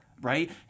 Right